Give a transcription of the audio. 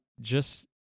just-